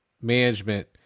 management